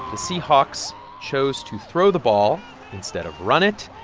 seahawks chose to throw the ball instead of run it.